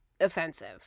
offensive